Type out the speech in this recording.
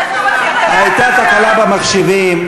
הייתה תקלה במחשבים.